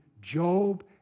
Job